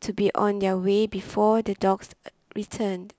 to be on their way before the dogs return